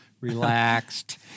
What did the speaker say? relaxed